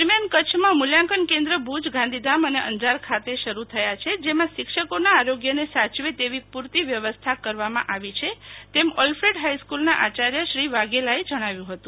દરમિયાન કચ્છમાં મુલ્યાંકન કેન્દ્ર ભુજ ગાંધીધામ અને અંજાર ખાતે શરૂ થયા છે જેમાં શિક્ષકોના આરોગ્યને સાચવે તેવી પુરતી વ્યવસ્થા કરવામાં આવી છે તેમ ઓલ્ફેડ હાઈસ્કુના આચાર્ય શ્રી વાઘેલાએ જણાવ્યું હતું